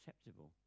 acceptable